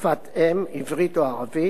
שפת-אם עברית או ערבית,